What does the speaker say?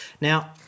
Now